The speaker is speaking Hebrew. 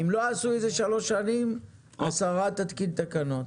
אם לא עשו את זה שלוש שנים, השרה תתקין תקנות.